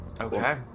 Okay